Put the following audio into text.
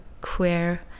queer